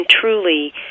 truly